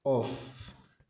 off